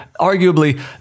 arguably